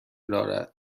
دارد